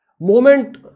moment